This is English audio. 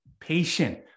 patient